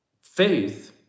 Faith